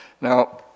Now